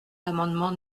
l’amendement